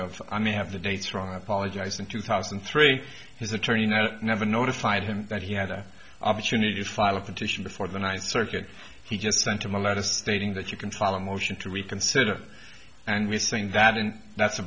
of a may have the dates wrong apologize in two thousand and three his attorney now never notified him that he had an opportunity to file a petition before the ninth circuit he just sent him a letter stating that you can follow a motion to reconsider and we saying that and that's a